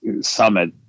summit